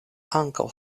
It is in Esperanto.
ankaŭ